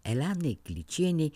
elenai kličienei